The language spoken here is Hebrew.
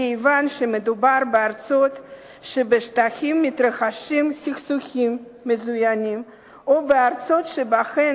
כיוון שמדובר בארצות שבשטחן מתרחשים סכסוכים מזוינים או בארצות שבהן